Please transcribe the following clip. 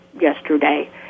yesterday